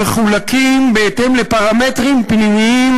שמחולקים בהתאם לפרמטרים פנימיים,